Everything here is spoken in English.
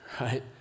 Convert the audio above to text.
right